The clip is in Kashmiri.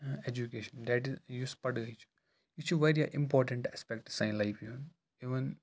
ٲں ایٚجُوکِیشَن دِیٹ اِز یُس پَڑٲے چھِ یہِ چھِ واریاہ اِمپاٹنٛٹ آسپیٚکٹہٕ سانہِ لایفہِ ہُنٛد اِوٕنۍ